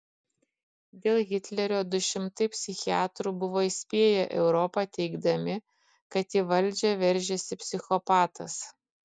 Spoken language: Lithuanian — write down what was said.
dėl hitlerio du šimtai psichiatrų buvo įspėję europą teigdami kad į valdžią veržiasi psichopatas